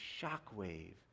shockwave